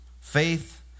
faith